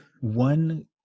One